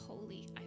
holy